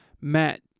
Matt